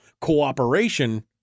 cooperation